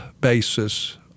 basis